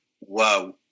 Wow